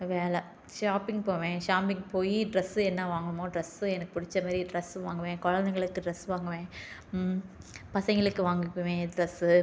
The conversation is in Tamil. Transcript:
வேலை ஷாப்பிங் போவேன் ஷாப்பிங் போய் ட்ரெஸ்ஸு என்னா வாங்கணுமோ ட்ரெஸ்ஸு எனக்கு பிடிச்சமேரி ட்ரெஸ்ஸு வாங்குவேன் குழந்தைங்களுக்கு ட்ரெஸ்ஸு வாங்குவேன் பசங்களுக்கு வாங்குவேன் ட்ரெஸ்ஸு